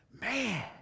man